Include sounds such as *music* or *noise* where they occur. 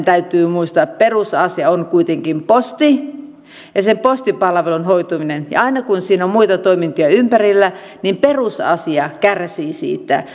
*unintelligible* täytyy muistaa että perusasia on kuitenkin posti ja sen postipalvelun hoituminen ja aina kun siinä on muita toimintoja ympärillä niin perusasia kärsii siitä *unintelligible*